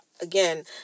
again